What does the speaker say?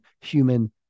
human